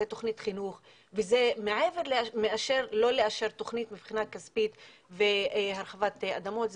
זה תוכנית חינוך וזה מעבר לכך שלא מאשרים תקציב לתוכנית והרחבת אדמות.